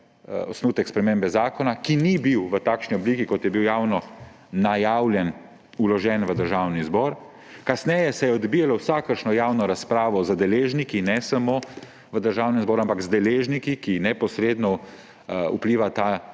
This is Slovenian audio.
osnutek spremembe zakona, ki ni bil v takšni obliki, kot je bil javno najavljen, vložen v Državni zbor. Kasneje se je odbijalo vsakršno javno razpravo z deležniki, ne samo v Državnem zboru, ampak z deležniki, na katerih življenje neposredno vpliva ta